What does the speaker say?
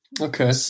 Okay